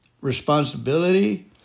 responsibility